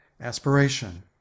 aspiration